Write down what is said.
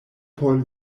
por